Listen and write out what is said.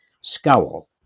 scowl